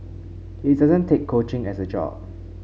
he doesn't take coaching as a job